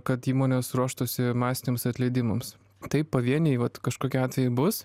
kad įmonės ruoštųsi masiniams atleidimams taip pavieniai vat kažkokiu atveju bus